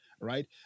Right